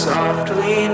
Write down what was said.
Softly